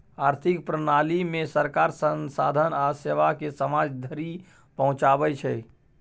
आर्थिक प्रणालीमे सरकार संसाधन आ सेवाकेँ समाज धरि पहुंचाबै छै